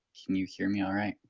can you hear me all right?